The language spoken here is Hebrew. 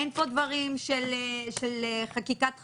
אין פה דברים של חקיקת חירום.